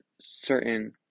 certain